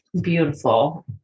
beautiful